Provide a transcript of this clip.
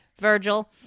Virgil